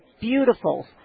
beautiful